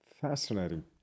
fascinating